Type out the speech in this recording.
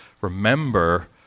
remember